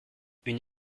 une